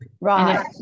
right